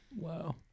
Wow